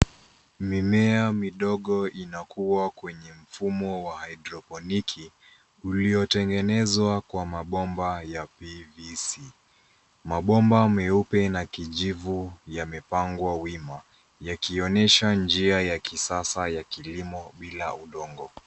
Mimea midogo inakuwa kwenye mfumo wa haidroponiki , uliotengenezwa kwa mabomba ya PVC. Mabomba meupe na kijivu, yamepangwa wima, yakionyesha njia ya kisasa ya kilimo bila udongo.